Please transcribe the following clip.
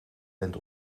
bent